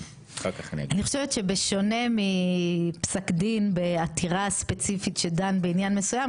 אני חושבת שבשונה מפסק דין בעתירה ספציפית שדן בעניין מסוים,